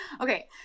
okay